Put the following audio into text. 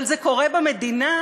אבל זה קורה במדינה,